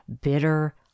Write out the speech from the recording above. bitter